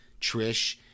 Trish